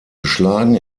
geschlagen